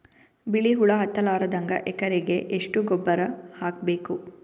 ಬಿಳಿ ಹುಳ ಹತ್ತಲಾರದಂಗ ಎಕರೆಗೆ ಎಷ್ಟು ಗೊಬ್ಬರ ಹಾಕ್ ಬೇಕು?